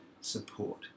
support